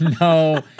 No